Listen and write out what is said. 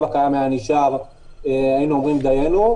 הקיים היה נשאר היינו אומרים: דיינו.